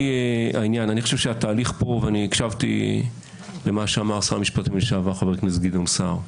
אני הקשבתי למה שאמר שר המשפטים לשעבר חבר הכנסת גדעון סער.